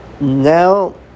now